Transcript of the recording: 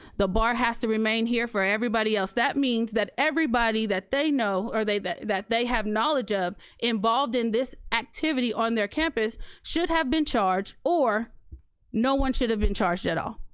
the bar has to remain here for everybody else. that means that everybody that they know or that that they have knowledge of involved in this activity on their campus should have been charged or no one should have been charged at all.